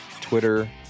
Twitter